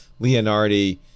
Leonardi